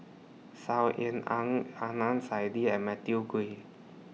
Saw Ean Ang Adnan Saidi and Matthew Ngui